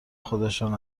خودشان